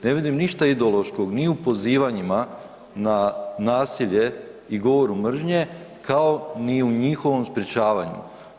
Ne vidim ništa ideološkog ni u pozivanjima na nasilje i govoru mržnje kao ni u njihovom sprječavanju.